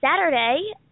Saturday